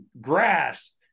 grass